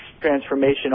transformation